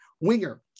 winger